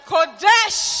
Kodesh